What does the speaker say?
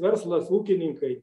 verslas ūkininkai